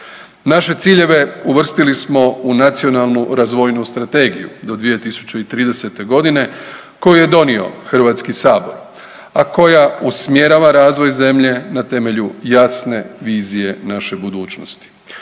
Naše ciljeve uvrstili smo u Nacionalnu razvoju strategiju do 2030. godine koju je donio Hrvatski sabor, a koja usmjerava razvoj zemlje na temelju jasne vizije naše budućnosti.